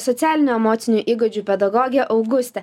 socialinių emocinių įgūdžių pedagogė augustė